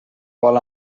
vol